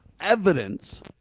evidence